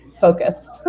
focused